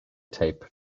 tape